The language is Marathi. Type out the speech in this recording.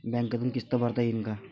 बँकेतून किस्त भरता येईन का?